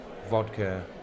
vodka